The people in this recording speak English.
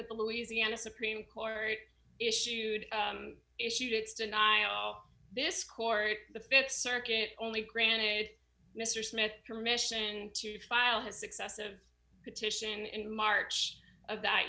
that the louisiana supreme court issued issued its deny all this court the th circuit only granted mr smith permission to file his excessive petition in march of that